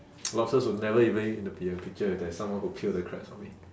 lobsters will never even the be a picture if there's someone who peel the crabs for me